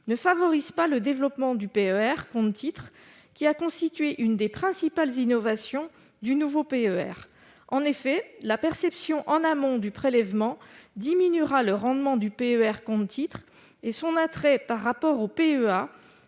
ne favorise pas le développement du PER compte-titres, qui a constitué une des principales innovations du nouveau PER. En effet, la perception en amont du prélèvement diminuera le rendement du PER compte-titres et son attrait par rapport au